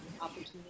opportunity